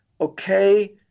okay